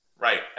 Right